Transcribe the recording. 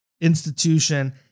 institution